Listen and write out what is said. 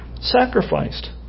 sacrificed